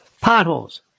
Potholes